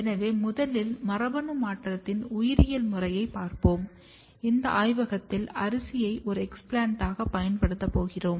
எனவே முதலில் மரபணு மாற்றத்தின் உயிரியல் முறையைப் பார்ப்போம் இந்த ஆய்வகத்தில் அரிசியை ஒரு எஸ்பிளண்ட பயன்படுத்துகிறோம்